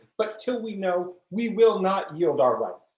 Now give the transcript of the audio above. but till we know we will not yield our right.